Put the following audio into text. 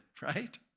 right